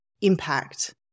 impact